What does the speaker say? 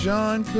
John